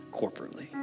corporately